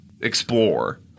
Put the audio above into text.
explore